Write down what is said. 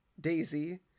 Daisy